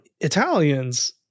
italians